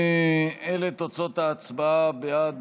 אלה תוצאות ההצבעה: בעד,